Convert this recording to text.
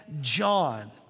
John